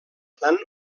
tant